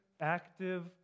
active